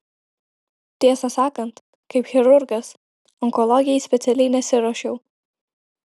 tiesą sakant kaip chirurgas onkologijai specialiai nesiruošiau